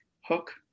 hook